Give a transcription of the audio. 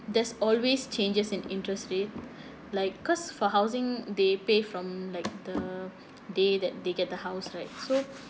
there's always changes in interest rates like cause for housing they pay from like the day that they get the house right so